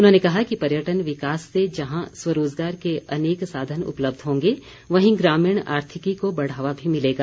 उन्होंने कहा कि पर्यटन विकास से जहां स्वरोजगार के अनेक साधन उपलब्ध होंगे वहीं ग्रामीण आर्थिकी को बढ़ावा भी मिलेगा